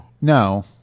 No